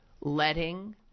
letting